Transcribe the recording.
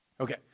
Okay